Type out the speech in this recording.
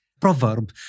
proverb